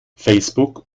facebook